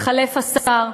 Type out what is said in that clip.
התחלף השר,